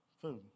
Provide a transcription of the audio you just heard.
food